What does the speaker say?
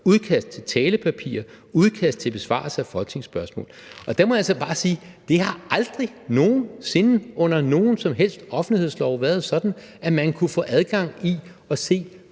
udkast til talepapirer og udkast til besvarelser af folketingsspørgsmål, og der må jeg så bare sige, at det har aldrig nogen sinde under nogen som helst offentlighedslov været sådan, at man kunne få adgang til at se,